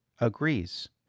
agrees